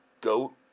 goat